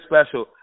special